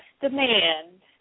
demand